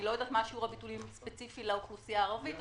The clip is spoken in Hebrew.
אני לא יודעת מה שיעור הביטולים ספציפית לאוכלוסייה הערבית,